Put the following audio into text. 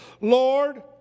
Lord